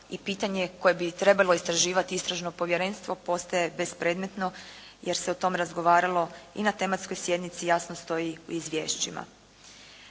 i pitanje koje bi trebalo istraživati istražno povjerenstvo postaje bespredmetno jer se o tome razgovaralo i na tematskoj sjednici jasno stoji u izvješćima.